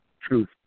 truth